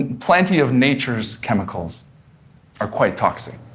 ah plenty of nature's chemicals are quite toxic,